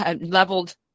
leveled